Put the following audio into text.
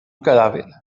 cadàver